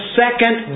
second